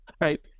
right